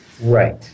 Right